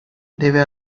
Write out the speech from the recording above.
deve